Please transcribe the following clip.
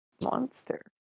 monster